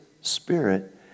Spirit